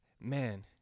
man